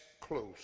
close